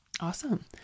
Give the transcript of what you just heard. Awesome